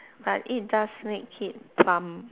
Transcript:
but it does make it plump